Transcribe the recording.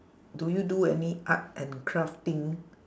do you do any art and craft thing